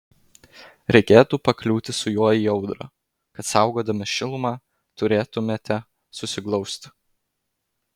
reikėtų pakliūti su juo į audrą kad saugodami šilumą turėtumėte susiglausti